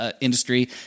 Industry